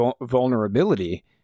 vulnerability